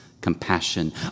compassion